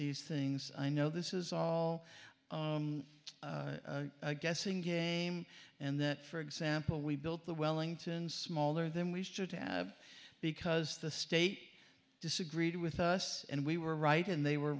these things i know this is all a guessing game and that for example we built the wellington smaller than we should have because the state disagreed with us and we were right and they were